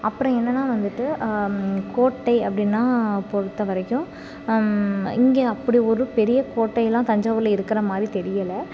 அப்புறம் என்னென்னா வந்துட்டு கோட்டை அப்படின்னா பொருத்த வரைக்கும் இங்கே அப்படி ஒரு பெரிய கோட்டையலாம் தஞ்சாவூரில் இருக்கிற மாதிரி தெரியல